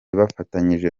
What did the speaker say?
bafatanyije